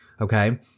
Okay